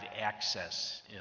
access